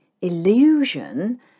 illusion